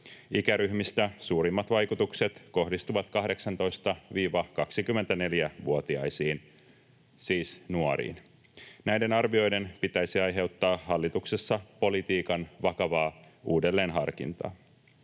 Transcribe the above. Ikäryhmistä suurimmat vaikutukset kohdistuvat 18—24-vuotiaisiin, siis nuoriin. Näiden arvioiden pitäisi aiheuttaa hallituksessa politiikan vakavaa uudelleenharkintaa.